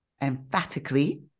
emphatically